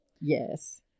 Yes